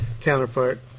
Counterpart